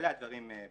אלה הדברים בקצרה.